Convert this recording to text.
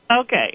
Okay